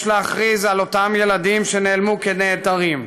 יש להכריז על אותם ילדים שנעלמו כנעדרים,